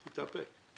תתאפק.